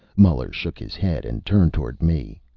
muller shook his head, and turned toward me.